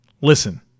Listen